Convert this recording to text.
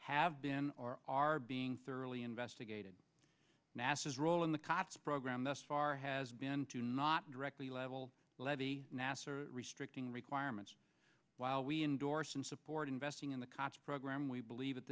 have been or are being thoroughly investigated nasa's role in the cops program thus far has been to not directly level levy nassar restricting requirements while we endorse and support investing in the cops program we believe